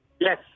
Yes